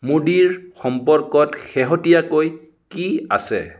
মোদীৰ সম্পৰ্কত শেহতীয়াকৈ কি আছে